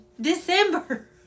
December